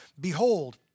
Behold